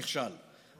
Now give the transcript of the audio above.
נכשל,